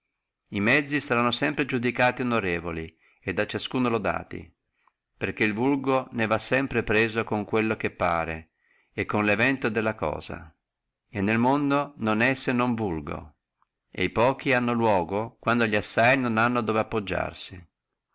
e mezzi saranno sempre iudicati onorevoli e da ciascuno laudati perché el vulgo ne va preso con quello che pare e con lo evento della cosa e nel mondo non è se non vulgo e li pochi ci hanno luogo quando li assai hanno dove appoggiarsi